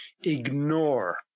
ignore